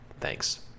Thanks